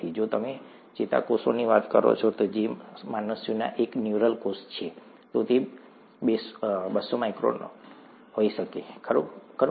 જો તમે ચેતાકોષની વાત કરો જે મનુષ્યમાં એક ન્યુરલ કોષ છે તો તે બેસો માઇક્રોન હોઈ શકે ખરું ને